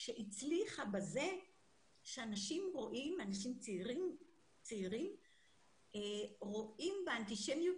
שהצליחה בזה שאנשים צעירים רואים באנטישמיות